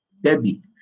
Debbie